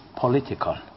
political